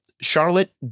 Charlotte